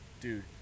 Dude